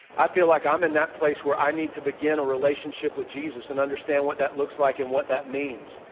i feel like i'm in that place where i need to begin a relationship with jesus and understand what that looks like and what that means.